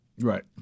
Right